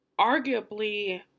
arguably